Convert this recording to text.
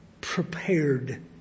prepared